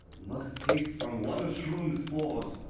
must taste from one shroom's spores,